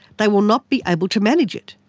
they will not be able to manage it.